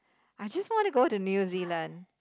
I just want to go to New Zealand